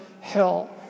hell